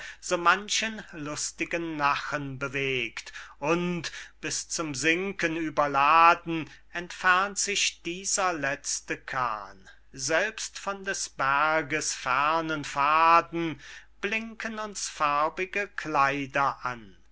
so manchen lustigen nachen bewegt und bis zum sinken überladen entfernt sich dieser letzte kahn selbst von des berges fernen pfaden blinken uns farbige kleider an